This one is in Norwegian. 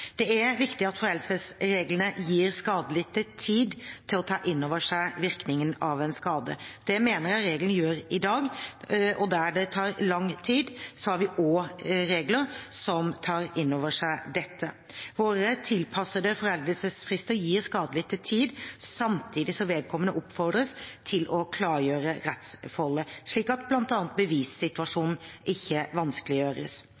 Det er viktig at foreldelsesreglene gir skadelidte tid til å ta inn over seg virkningen av en skade. Det mener jeg reglene gjør i dag, og der det tar lang tid, har vi også regler som tar inn over seg dette. Våre tilpassede foreldelsesfrister gir skadelidte tid samtidig som vedkommende oppfordres til å klargjøre rettsforholdet, slik at